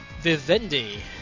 Vivendi